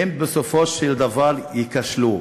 הם בסופו של דבר ייכשלו.